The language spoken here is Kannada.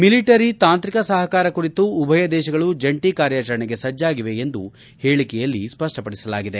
ಮಿಲಿಟರಿ ತಾಂತ್ರಿಕ ಸಹಕಾರ ಕುರಿತು ಉಭಯ ದೇಶಗಳು ಜಂಟಿ ಕಾರ್ಯಾಚರಣೆಗೆ ಸಜ್ಣಾಗಿವೆ ಎಂದು ಹೇಳಿಕೆಯಲ್ಲಿ ಸ್ಪಷ್ಟಪದಿಸಲಾಗಿದೆ